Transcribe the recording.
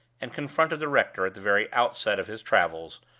and confronted the rector at the very outset of his travels,